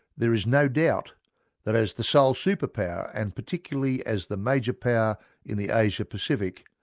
there is no doubt that as the sole superpower and particularly as the major power in the asia-pacific,